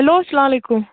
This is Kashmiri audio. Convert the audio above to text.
ہیٚلو اسلامُ علیکُم